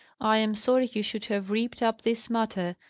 i am sorry you should have reaped up this matter,